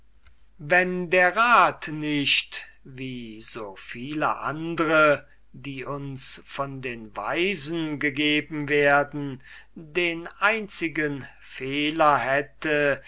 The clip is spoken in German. wenn der rat nicht wie so viele andre die uns von weisen gegeben werden den einzigen fehler hätte